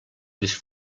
les